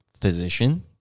physician